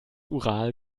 ural